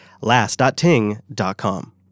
Last.ting.com